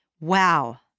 Wow